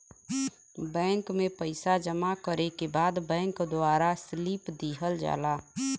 bank में पइसा जमा करे के बाद बैंक द्वारा स्लिप दिहल जाला